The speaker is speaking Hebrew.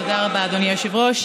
תודה רבה, אדוני היושב-ראש.